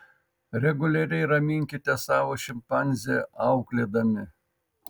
reguliariai raminkite savo šimpanzę auklėdami